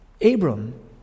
Abram